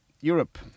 Europe